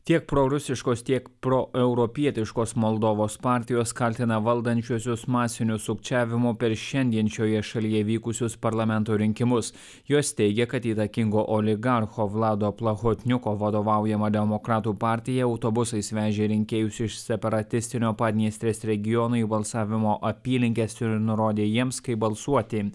tiek prorusiškos tiek proeuropietiškos moldovos partijos kaltina valdančiuosius masiniu sukčiavimu per šiandien šioje šalyje vykusius parlamento rinkimus jos teigia kad įtakingo oligarcho vlado plahotniuko vadovaujama demokratų partija autobusais vežė rinkėjus iš separatistinio padniestrės regiono į balsavimo apylinkes ir nurodė jiems kaip balsuoti